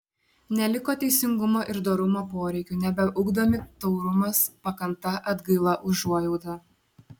neliko teisingumo ir dorumo poreikių nebeugdomi taurumas pakanta atgaila užuojauta